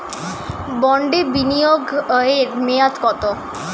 বন্ডে বিনিয়োগ এর মেয়াদ কত?